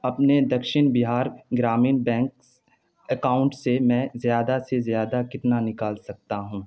اپنے Dakshin Bihar Gramin bank account سے میں زیادہ سے زیادہ کتنا نکال سکتا ہوں